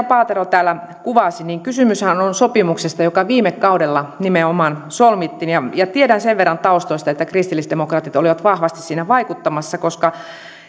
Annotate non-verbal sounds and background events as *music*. *unintelligible* paatero täällä kuvasi kysymyshän on on sopimuksesta joka nimenomaan viime kaudella solmittiin tiedän sen verran taustoista että kristillisdemokraatit olivat vahvasti siinä vaikuttamassa